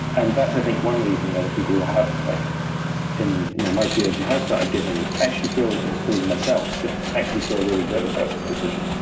and that's, i think, one reason why the people who have like been you know my peers who have started giving, actually feel, including myself, just actually feel really good about this decision.